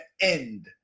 end